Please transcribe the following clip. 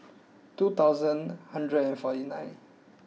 two thousand hundred and forty nine